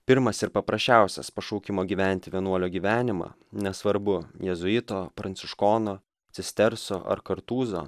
pirmas ir paprasčiausias pašaukimo gyventi vienuolio gyvenimą nesvarbu jėzuito pranciškono cisterso ar kartūzo